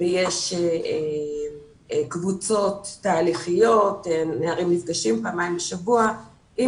ויש קבוצות תהליכיות נערים נפגשים פעמיים בשבוע עם